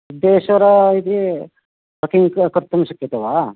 सिद्धेशरः इति ट्रकिङ्ग् क कर्तुं शक्यते वा